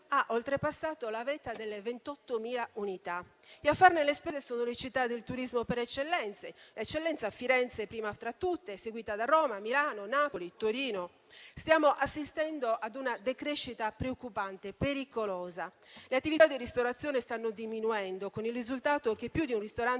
ha oltrepassato la vetta delle 28.000 unità e a farne le spese sono le città del turismo per eccellenza, Firenze prima tra tutte, seguita da Roma, Milano, Napoli, Torino. Stiamo assistendo ad una decrescita preoccupante, pericolosa. Le attività di ristorazione stanno diminuendo, con il risultato che più di un ristorante